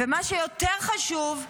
ומה שיותר חשוב,